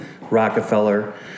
Rockefeller